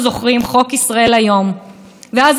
כי הכנסת אמרה באמת את דברה,